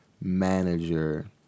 manager